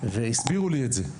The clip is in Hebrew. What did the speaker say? והסבירו לי את זה.